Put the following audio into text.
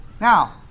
Now